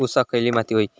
ऊसाक खयली माती व्हयी?